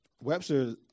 Webster